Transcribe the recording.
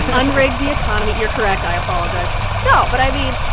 unrig the economy, you're correct. i apologize no. but i mean,